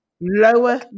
Lower